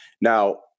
Now